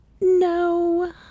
No